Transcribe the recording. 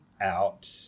out